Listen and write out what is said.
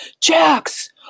Jax